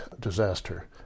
disaster